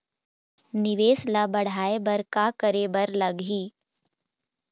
निवेश ला बढ़ाय बर का करे बर लगही?